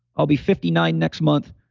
i'll be fifty nine next month.